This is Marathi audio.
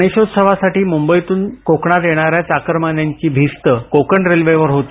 गणेशोत्सवासाठी मुंबईतून कोकणात येणाऱ्या चाकरमान्यांची भिस्त कोकण रेल्वेवर होती